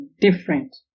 different